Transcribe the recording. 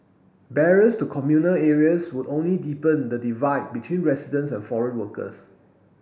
barriers to communal areas would only deepen the divide between residents and foreign workers